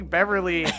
Beverly